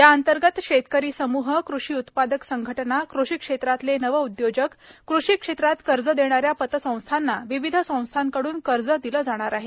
या अंतर्गत शेतकरी समूह कृषी उत्पादक संघटना कृषी क्षेत्रातले नवउद्योजक कृषी क्षेत्रात कर्ज देणाऱ्या पतसंस्थांना विविध संस्थांकडून कर्ज दिलं जाणार आहे